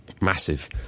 massive